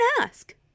ask